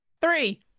three